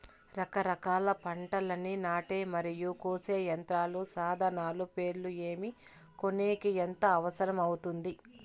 రకరకాల పంటలని నాటే మరియు కోసే యంత్రాలు, సాధనాలు పేర్లు ఏమి, కొనేకి ఎంత అవసరం అవుతుంది?